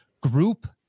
group